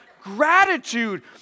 gratitude